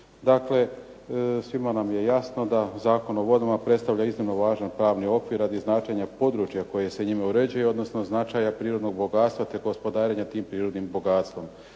Dakle, svima nam je jasno da Zakon o vodama predstavlja iznimno važan pravni okvir radi značenja područja koje se njime uređuje, odnosno značaja prirodnog bogatstva, te gospodarenja tim prirodnim bogatstvom.